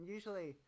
Usually